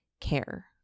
care